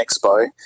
Expo